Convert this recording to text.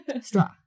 Straw